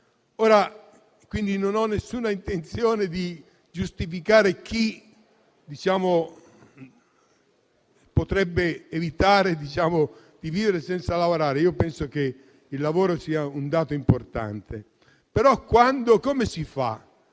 credo - non ho alcuna intenzione di giustificare chi sceglie di vivere senza lavorare. Io penso che il lavoro sia un dato importante, però come si fa